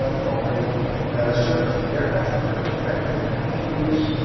ah from a service to their customer perspective, and energy use,